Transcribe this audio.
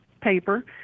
paper